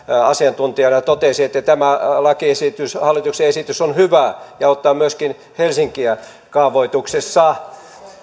asiantuntijana totesi että tämä lakiesitys hallituksen esitys on hyvä ja auttaa myöskin helsinkiä kaavoituksessa